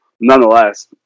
nonetheless